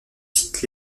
sites